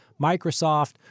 Microsoft